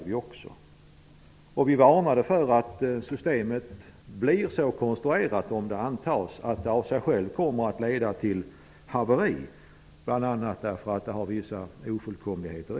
Vi varnade för att systemet, om det antas, kommer att leda till haveri av sig självt, bl.a. därför att det har vissa ofullkomligheter.